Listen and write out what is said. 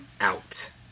out